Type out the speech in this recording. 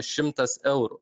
šimtas eurų